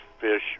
fish